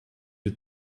you